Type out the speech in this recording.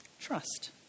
trust